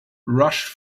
rushed